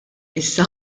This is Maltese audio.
issa